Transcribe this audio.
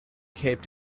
cape